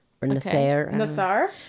Nassar